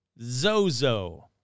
Zozo